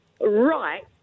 right